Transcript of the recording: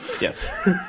Yes